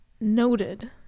Noted